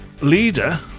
leader